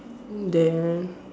then